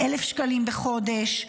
1,000 שקלים בחודש,